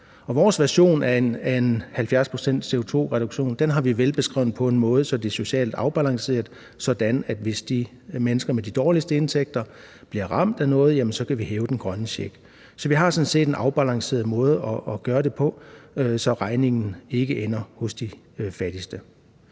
Vores version af en 70-procents-CO2-reduktion er beskrevet på en måde, så det er socialt afbalanceret, så hvis de mennesker med de laveste indtægter bliver ramt af noget, kan vi hæve den grønne check. Så vi har sådan set en afbalanceret måde at gøre det på, så regningen ikke ender hos de fattigste.